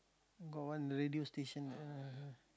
got one radio station